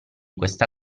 questa